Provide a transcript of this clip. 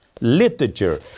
literature